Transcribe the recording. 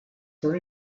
for